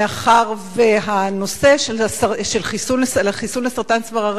מאחר שכשהנושא של חיסון נגד סרטן צוואר